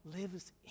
lives